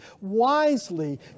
wisely